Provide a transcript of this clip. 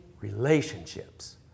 relationships